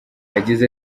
yagize